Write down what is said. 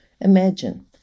Imagine